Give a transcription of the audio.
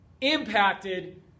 impacted